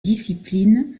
discipline